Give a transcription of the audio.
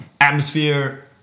Atmosphere